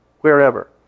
wherever